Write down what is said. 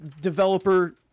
developer